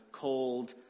called